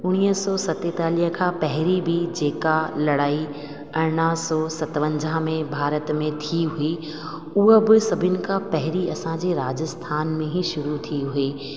उणिवीह सौ सतेतालीह खां पहिरीं बि जेका लड़ाई अरिड़हां सौ सतवंजाह में भारत में थी हुई उहा बि सभिनि खां पहिरीं असांजे राजस्थान में ई शुरू थी हुई